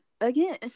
again